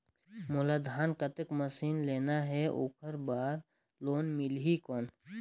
मोला धान कतेक मशीन लेना हे ओकर बार लोन मिलही कौन?